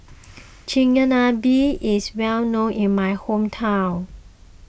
Chigenabe is well known in my hometown